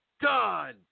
done